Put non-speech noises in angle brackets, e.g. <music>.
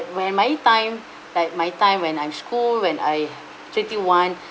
where my time <breath> like my time when I'm school when I twenty one <breath>